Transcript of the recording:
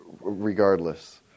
regardless